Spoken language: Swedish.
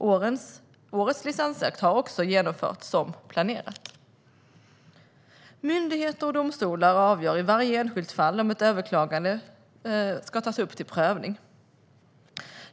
Årets licensjakt har också genomförts som planerat. Myndigheter och domstolar avgör i varje enskilt fall om ett överklagande ska tas upp till prövning.